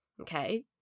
okay